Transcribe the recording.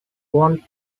won